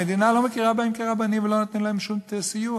המדינה לא מכירה בהם כרבנים ולא נותנים להם שום סיוע,